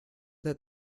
that